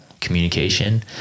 communication